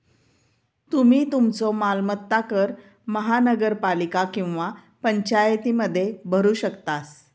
तुम्ही तुमचो मालमत्ता कर महानगरपालिका किंवा पंचायतीमध्ये भरू शकतास